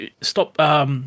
stop –